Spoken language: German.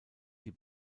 die